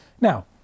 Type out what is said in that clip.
Now